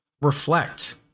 reflect